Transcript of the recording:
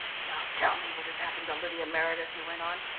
now tell me what has happened to lydia meredith, he went on,